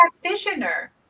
practitioner